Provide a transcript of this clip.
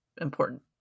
important